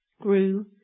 grew